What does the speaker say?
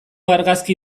argazki